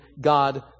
God